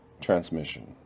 transmission